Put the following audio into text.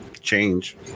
change